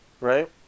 Right